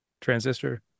Transistor